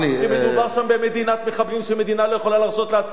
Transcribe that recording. כי מדובר שם במדינת מחבלים שמדינה לא יכולה להרשות לעצמה,